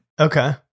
Okay